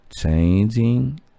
changing